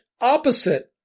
opposite